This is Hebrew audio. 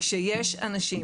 כשיש אנשים